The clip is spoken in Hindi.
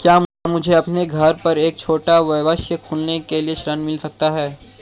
क्या मुझे अपने घर पर एक छोटा व्यवसाय खोलने के लिए ऋण मिल सकता है?